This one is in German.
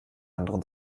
anderen